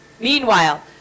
Meanwhile